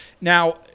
Now